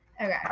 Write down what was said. Okay